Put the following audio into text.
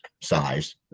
size